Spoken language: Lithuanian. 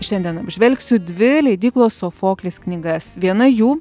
šiandien apžvelgsiu dvi leidyklos sofoklis knygas viena jų